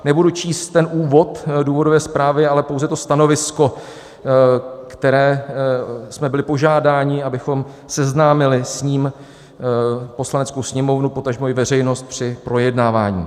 Nebudu číst úvod důvodové zprávy, ale pouze to stanovisko, které jsme byli požádáni, abychom s ním seznámili Poslaneckou sněmovnu, potažmo i veřejnost, při projednávání.